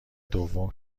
دوم